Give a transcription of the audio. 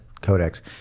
codex